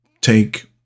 take